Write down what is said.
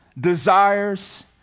desires